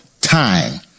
time